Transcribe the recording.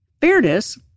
fairness